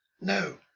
No